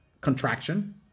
contraction